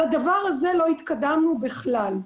על הדבר הזה לא התקדמנו בכלל.